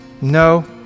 No